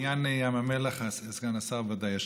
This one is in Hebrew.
בעניין ים המלח סגן השר ודאי ישיב.